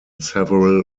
several